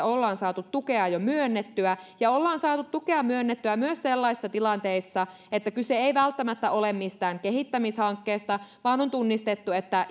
ollaan saatu tukea jo myönnettyä ja ollaan saatu tukea myönnettyä myös sellaisissa tilanteissa että kyse ei välttämättä ole mistään kehittämishankkeesta vaan on tunnistettu että